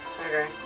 Okay